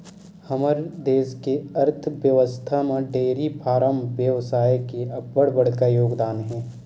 हमर देस के अर्थबेवस्था म डेयरी फारम बेवसाय के अब्बड़ बड़का योगदान हे